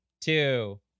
two